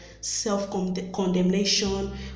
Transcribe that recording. self-condemnation